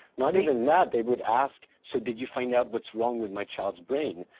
not even that they would ask, so did you find out what's wrong with my child's brain?